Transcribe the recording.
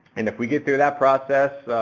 and if we get through that process,